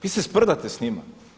Vi se sprdate s njima.